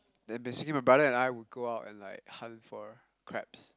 then basically my brother and I we go out and like hunt for crabs